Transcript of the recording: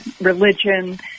religion